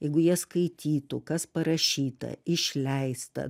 jeigu jie skaitytų kas parašyta išleista